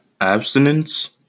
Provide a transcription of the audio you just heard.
Abstinence